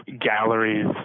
galleries